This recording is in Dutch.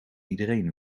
iedereen